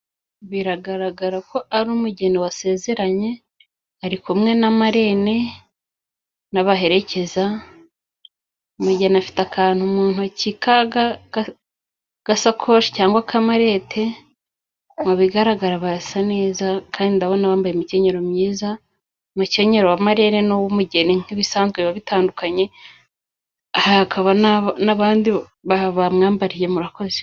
Biragaragara ko ari umugeni wasezeranye ari kumwe na marene n'abaherekeza, umugeni afite akantu mu ntoki k'agasakoshi cyangwa kamalete . Mu bigaragara barasa neza kandi ndabona bambaye imikenyero myiza, umukenyero wa marene n'uw'umugeni nk'ibisanzwe biba bitandukanye, hakaba n'abandi bamwambariye, murakoze.